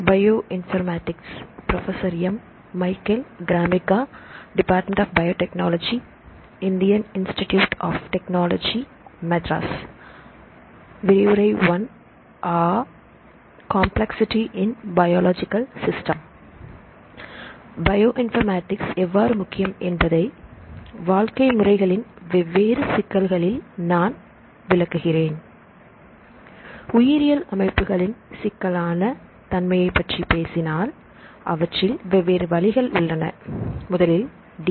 bio informatics எவ்வாறு முக்கியம் என்பதை வாழ்க்கை முறைகளின் வெவ்வேறு சிக்கல்களில் நான் விளக்குகிறேன் உயிரியல் அமைப்புகளின் சிக்கலான தன்மையைப் பற்றி பேசினால் அவற்றில் வெவ்வேறு வழிகள் உள்ளன முதலில் டி